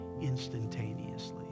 instantaneously